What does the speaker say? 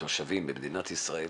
תושבים במדינת ישראל